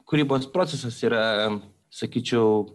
kūrybos procesas yra sakyčiau